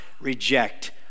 reject